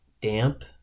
damp